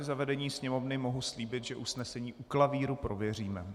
Za vedení Sněmovny mohu slíbit, že usnesení u klavíru prověříme.